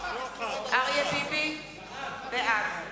בעד